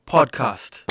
Podcast